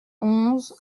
onze